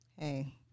hey